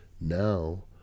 now